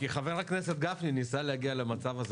כי חבר הכנסת גפני ניסה להגיע למצב הזה